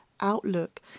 outlook